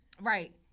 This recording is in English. Right